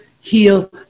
heal